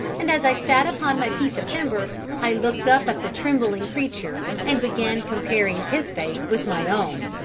and as i sat upon my piece of timber i looked up at the trembling creature, and began comparing his fate with my own.